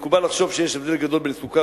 מקובל לחשוב שיש הבדל גדול בין סוכר